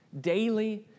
Daily